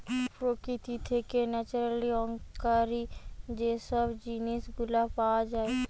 প্রকৃতি থেকে naturally occurring যে সব জিনিস গুলা পাওয়া যায়